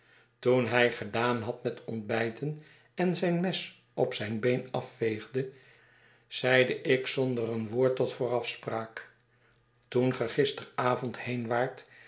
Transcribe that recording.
toen hij gedaan had met ontbijten en zijn mes op zijn been afveegde zeide ik zonder een woord tot voorafspraak toen ge gisteravond heen waart